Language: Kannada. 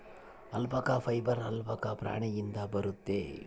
ಅಲ್ಪಕ ಫೈಬರ್ ಆಲ್ಪಕ ಪ್ರಾಣಿಯಿಂದ ಬರುತ್ತೆ